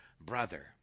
brother